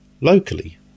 locally